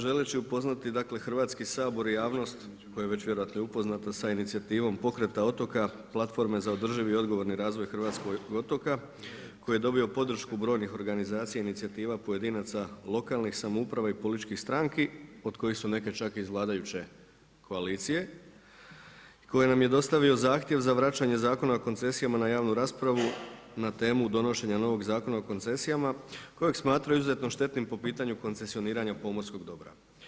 Želeći upoznati, dakle Hrvatski sabor i javnost koja je već vjerojatno i upoznata sa inicijativom pokreta otoka platforme za održivi i odgovorni razvoj hrvatskog otoka koji je dobio podršku brojnih organizacija, inicijativa pojedinaca lokalnih samouprava i političkih stranki od kojih su neke čak iz vladajuće koalicije i koji nam je dostavio zahtjev za vraćanje Zakona o koncesijama na javnu raspravu na temu donošenja novog Zakona o koncesijama kojeg smatraju izuzetno štetnim po pitanju koncesioniranja pomorskog dobra.